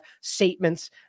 statements